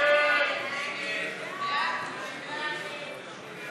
ההסתייגות של קבוצת סיעת הרשימה המשותפת לסעיף תקציבי 08,